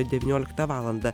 devynioliktą valandą